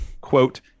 quote